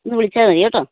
ഒന്ന് വിളിച്ചാൽ മതി കേട്ടോ